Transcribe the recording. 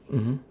mmhmm